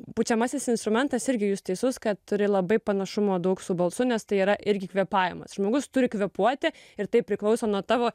pučiamasis instrumentas irgi jūs teisus kad turi labai panašumo daug su balsu nes tai yra irgi kvėpavimas žmogus turi kvėpuoti ir tai priklauso nuo tavo